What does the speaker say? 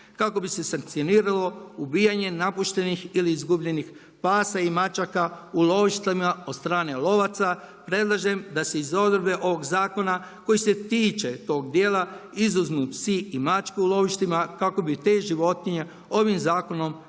kako bi se sankcioniralo ubijanje napuštenih ili izgubljenih pasa i mačaka u lovištima od strane lovaca, predlažem da se iz odredbe ovog zakona koji se tiče tog dijela izuzmu psi i mačke u lovištima kako bi te životinje ovim zakonom bile